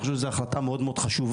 אני חושב שזו שזה החלטה מאוד מאוד חשובה.